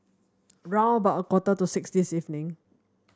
round about a quarter to six this evening